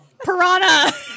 Piranha